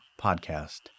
podcast